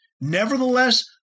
Nevertheless